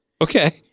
Okay